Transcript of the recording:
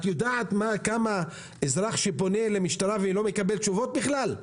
את יודעת כמה אזרח שפונה למשטרה ולא מקבל תשובות בכלל,